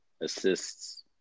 assists